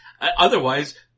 Otherwise